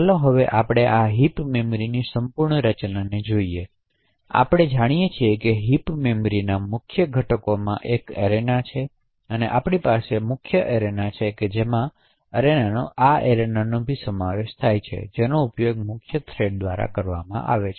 ચાલો હવે આપણે આ હિપ મેમરીની સંપૂર્ણ રચનાને જોઈએ જેથી આપણે જાણીએ કે હિપ મેમરીમાંના મુખ્ય ઘટકોમાંથી એક એરેના છે તેથી આપણી પાસે મુખ્ય એરેના છે જેમાં આ એરેનાનો સમાવેશ થાય છે જેનો ઉપયોગ મુખ્ય થ્રેડ દ્વારા થાય છે